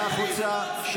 צא החוצה.